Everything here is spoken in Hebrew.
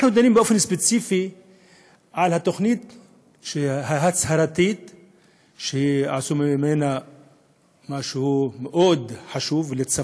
הבה נבטיח לעצמנו כי לא נחזור לפלגנות ולשנאת חינם שבגינה חרבה העיר.